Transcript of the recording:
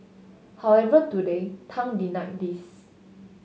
however today Tang denied these